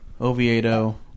Oviedo